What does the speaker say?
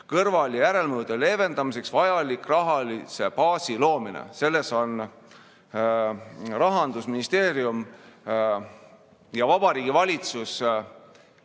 kõrval- ja järelmõjude leevendamiseks vajalik rahalise baasi loomine. Selles on Rahandusministeerium ja Vabariigi Valitsus